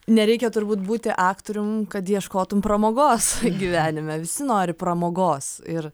nereikia turbūt būti aktorium kad ieškotum pramogos gyvenime visi nori pramogos ir